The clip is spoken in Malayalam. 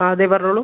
ആ അതെ പറഞ്ഞോളൂ